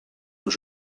aux